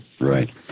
Right